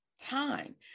time